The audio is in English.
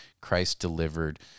Christ-delivered